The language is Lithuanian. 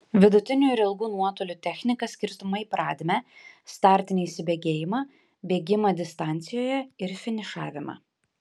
vidutinių ir ilgų nuotolių technika skirstoma į pradmę startinį įsibėgėjimą bėgimą distancijoje ir finišavimą